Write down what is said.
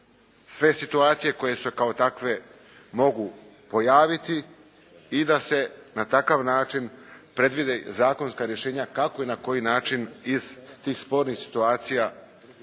sve situacije koje se kao takve mogu pojaviti i da se na takav način predvide zakonska rješenja kako i na koji način iz tih spornih situacija